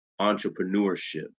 entrepreneurship